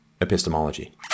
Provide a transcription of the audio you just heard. epistemology